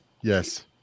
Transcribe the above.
Yes